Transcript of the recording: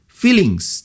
feelings